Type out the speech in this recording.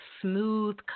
smooth